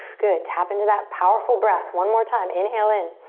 good, tap into that powerful breath. one more time, inhale in.